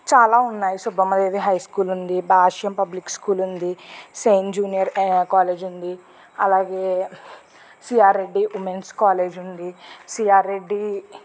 చాలా ఉన్నాయి Subbamma Devi High School ఉంది భాష్యం పబ్లిక్ స్కూల్ ఉంది సెయింట్ జూనియర్ కాలేజ్ ఉంది అలాగే సిఆర్ రెడ్డి ఉమెన్స్ కాలేజ్ ఉంది సిఆర్ రెడ్డి